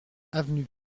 avenue